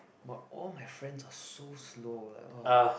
but all my friends are so slow like uh